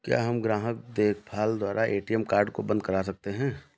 क्या हम ग्राहक देखभाल द्वारा ए.टी.एम कार्ड को बंद करा सकते हैं?